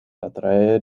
atraer